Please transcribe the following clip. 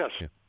Yes